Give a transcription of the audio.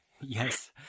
Yes